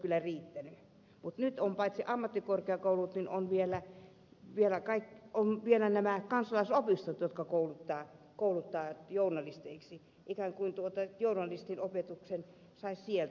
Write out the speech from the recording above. mutta nyt on paitsi ammattikorkeakoulut niin on vielä nämä kansalaisopistot jotka kouluttavat journalisteiksi ikään kuin journalistin opetuksen saisi sieltä